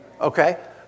Okay